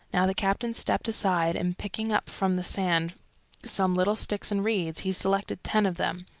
now the captain stepped aside, and picking up from the sand some little sticks and reeds, he selected ten of them,